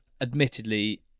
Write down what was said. admittedly